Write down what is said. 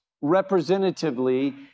representatively